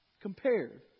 compared